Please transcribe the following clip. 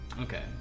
Okay